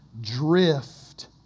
drift